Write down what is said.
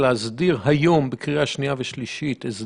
להשתמש בסמכויות שניתנו לו כארגון מסכל להילחם